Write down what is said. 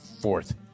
fourth